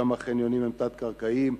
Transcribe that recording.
ששם החניונים הם תת-קרקעיים,